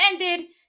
ended